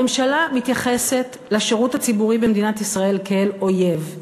הממשלה מתייחסת לשירות הציבורי במדינת ישראל כאל אויב.